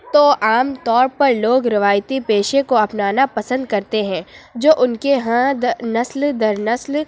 تو عام طور پر لوگ روایتی پیشے کو اپنانا پسند کرتے ہیں جو اُن کے ہاں نسل در نسل